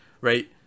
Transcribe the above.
right